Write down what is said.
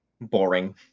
boring